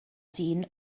dyn